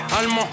allemand